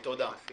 תודה.